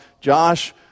Josh